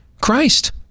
Christ